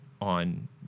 on